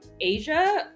Asia